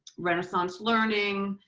renaissance learning,